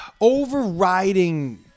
overriding